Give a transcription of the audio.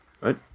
right